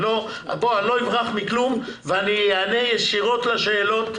לא אברח מכלום ואענה ישירות לשאלות,